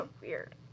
weird